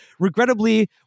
Regrettably